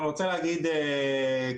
אני רוצה להגיד כך,